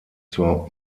zur